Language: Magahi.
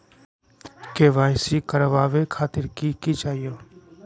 के.वाई.सी करवावे खातीर कि कि चाहियो?